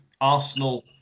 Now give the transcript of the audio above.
Arsenal